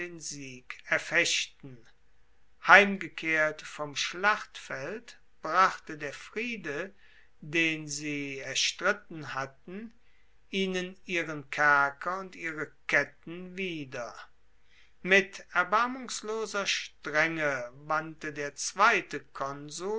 sieg erfechten heimgekehrt vom schlachtfeld brachte der friede den sie erstritten hatten ihnen ihren kerker und ihre ketten wieder mit erbarmungsloser strenge wandte der zweite konsul